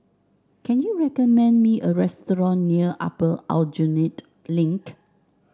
can you recommend me a restaurant near Upper Aljunied Link